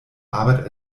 arbeit